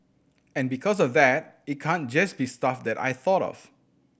and because of that it can't just be stuff that I thought of